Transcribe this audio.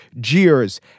jeers